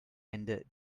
ende